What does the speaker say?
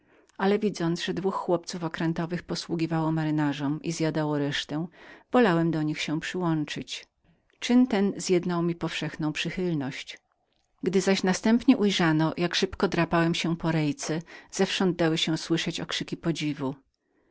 ale ja widząc że dwóch chłopców okrętowych posługiwało majtkom i zjadało resztę wolałem do nich się przyłączyć czyn ten zjednał mi powszechną przychylność gdy jednak następnie ujrzano jak szybko drapałem się po masztach zewsząd dały się słyszeć okrzyki podziwu